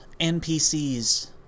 NPCs